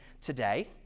today